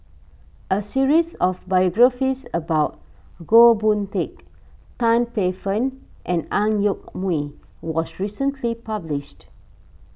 a series of biographies about Goh Boon Teck Tan Paey Fern and Ang Yoke Mooi was recently published